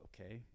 okay